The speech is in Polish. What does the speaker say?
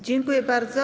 Dziękuję bardzo.